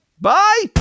bye